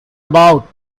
about